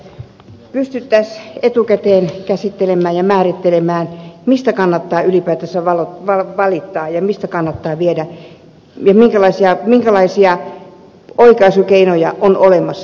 sasi sanoi että pystyttäisiin etukäteen käsittelemään ja määrittelemään mistä kannattaa ylipäätänsä valittaa ja minkälaisia oikaisukeinoja on olemassa